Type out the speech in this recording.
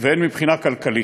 והן מבחינה כלכלית.